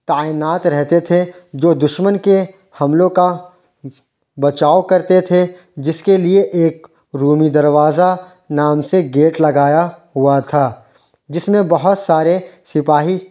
تعینات رہتے تھے جو دشمن کے حملوں کا بچاؤ کرتے تھے جس کے لیے ایک رومی دروازہ نام سے گیٹ لگایا ہوا تھا جس میں بہت سارے سپاہی